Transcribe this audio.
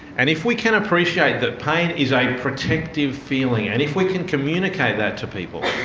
and if we can appreciate that pain is a protective feeling, and if we can communicate that to people,